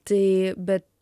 tai bet